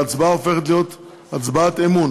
גם הן יוכלו להגיש באותו מועד.